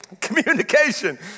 communication